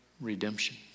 redemption